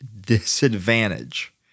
disadvantage